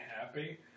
happy